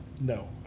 No